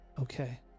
Okay